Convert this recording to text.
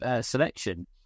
Selection